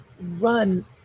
run